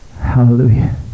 hallelujah